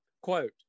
Quote